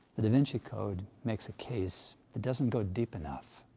the da vinci code makes a case that doesn't go deep enough.